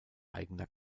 eigener